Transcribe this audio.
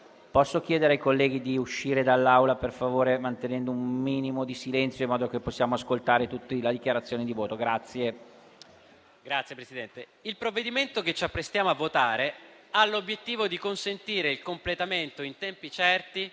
chiedo ai colleghi di uscire dall'Aula mantenendo per favore un minimo di silenzio in modo che possiamo ascoltare tutti la dichiarazione di voto. LOMBARDO *(Misto-Az-RE)*. Grazie, Presidente. Il provvedimento che ci apprestiamo a votare ha l'obiettivo di consentire il completamento in tempi certi